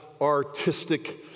artistic